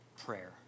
prayer